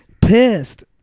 pissed